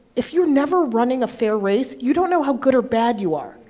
if you're never running a fair race, you don't know how good or bad you are.